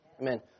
Amen